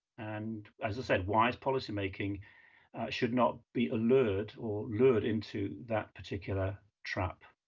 and as i said, wise policymaking should not be allured or lured into that particular trap.